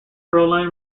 proline